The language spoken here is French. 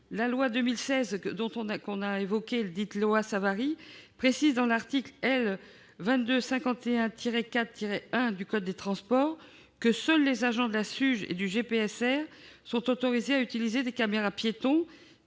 La loi de 2016, que nous avons évoquée, dite loi Savary, précise dans l'article L. 2251-4-1 du code des transports que seuls les agents de la SUGE et du GPSR sont autorisés à utiliser des caméras-piétons,